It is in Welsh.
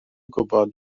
gwybod